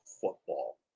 football